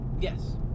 Yes